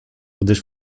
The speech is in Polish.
gdyż